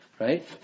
Right